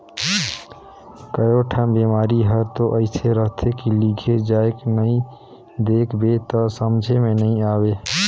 कयोठन बिमारी हर तो अइसे रहथे के लिघे जायके नई देख बे त समझे मे नई आये